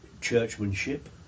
churchmanship